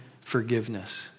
forgiveness